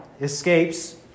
escapes